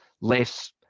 less